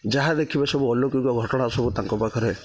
ଯାହା ଦେଖିବେ ସବୁ ଅଲୌକିକ ଘଟଣା ସବୁ ତାଙ୍କ ପାଖରେ